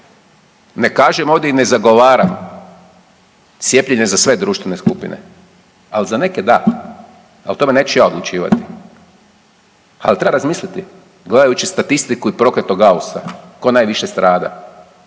Ne kažem ovdje i ne zagovaram cijepljenje za sve društvene skupine, ali za neke da, a o tome neću ja odlučivati. Ali treba razmisliti gledajući statistiku i prokletog …/nerazumljivo/… tko najviše strada.